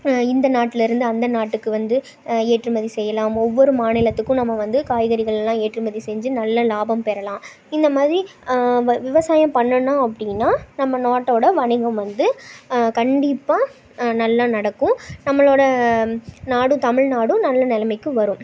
இந்த நாட்லருந்து அந்த நாட்டுக்கு வந்து ஏற்றுமதி செய்யலாம் ஒவ்வொரு மாநிலத்துக்கும் நம்ம வந்து காய்கறிகள் எல்லாம் ஏற்றுமதி செஞ்சு நல்ல லாபம் பெறலாம் இந்தமாதிரி விவசாயம் பண்ணனும் அப்படின்னா நம்ம நாட்டோட வணிகம் வந்து கண்டிப்பாக நல்ல நடக்கும் நம்மளோட நாடும் தமிழ்நாடும் நல்ல நிலமைக்கு வரும்